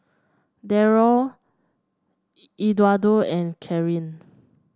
Darold Eduardo and Karyn